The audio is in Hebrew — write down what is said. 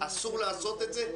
אסור לעשות את זה,